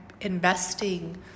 investing